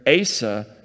Asa